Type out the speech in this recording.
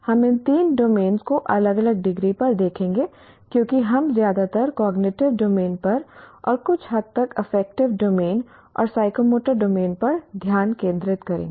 हम इन तीन डोमेन को अलग अलग डिग्री पर देखेंगे क्योंकि हम ज्यादातर कॉग्निटिव डोमेन पर और कुछ हद तक अफेक्टिव डोमेन और साइकोमोटर डोमेन पर ध्यान केंद्रित करेंगे